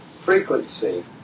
Frequency